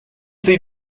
sie